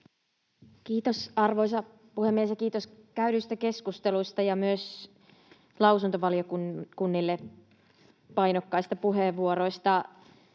Kiitos, arvoisa puhemies! Ja kiitos käydyistä keskusteluista ja myös lausuntovaliokunnille painokkaista puheenvuoroista.